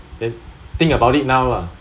then think about it now lah